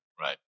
Right